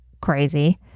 Crazy